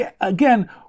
again